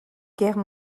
guerre